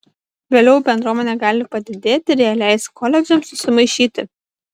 vėliau bendruomenė gali padidėti ir jie leis koledžams susimaišyti